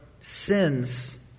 sins